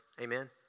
amen